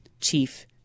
Chief